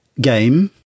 game